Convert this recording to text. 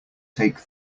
take